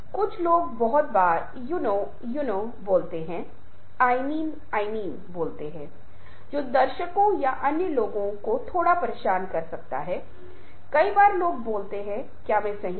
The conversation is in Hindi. और बहुत हद तक लचीलापन तनाव की कमी है उन सभी चीजों को संबंध निर्माण दोस्तों प्रेम संचार के पारिवारिक संबंधों से जोड़ा जाता है